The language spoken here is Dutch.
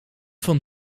van